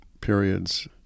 periods